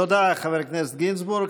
תודה, חבר הכנסת גינזבורג.